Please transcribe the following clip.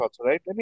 right